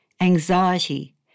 anxiety